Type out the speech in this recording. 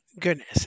goodness